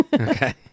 okay